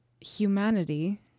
humanity